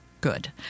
good